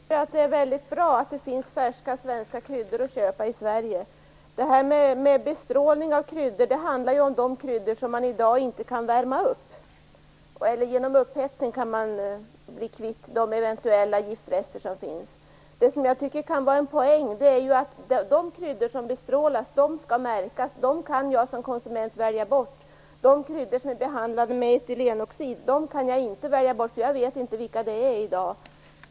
Fru talman! Jag tycker att det är mycket bra att det finns färska svenska kryddor att köpa i Sverige. Bestrålning av kryddor handlar ju om de kryddor som man i dag inte kan värma upp. Det är ju genom upphettning som man kan bli kvitt de eventuella giftrester som finns. Jag tycker att det kan vara en poäng att de kryddor som bestrålas skall märkas. Jag kan som konsument välja bort dessa kryddor. De kryddor som är behandlade med etylenoxid kan jag inte välja bort eftersom jag inte vet vilka de är i dag.